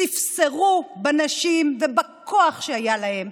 ספסרו בנשים ובכוח שהיה להם,